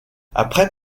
après